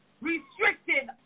restricted